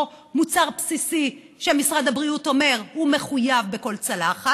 מוצר בסיסי שמשרד הבריאות אומר שהוא מחויב בכל צלחת,